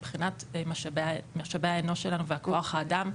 מבחינת משאבי האנוש שלנו וכוח האדם.